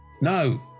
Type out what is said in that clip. No